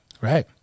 Right